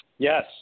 Yes